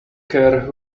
care